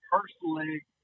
personally